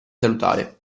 salutare